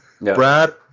Brad